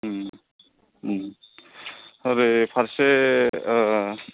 ओरैफारसे